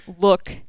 look